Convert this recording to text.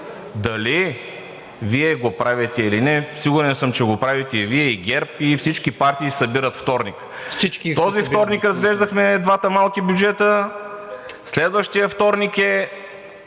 Дали Вие го правите или не, сигурен съм, че го правите и Вие, и ГЕРБ, и всички партии се събират във вторник. Този вторник разглеждахме двата малки бюджета, следващият вторник е